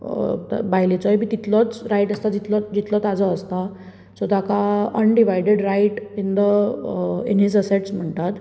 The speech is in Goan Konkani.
बायलेचो बी तितलोच रायट आसता जितलो ताचो आसता सो ताका undivided right in his assets म्हणटात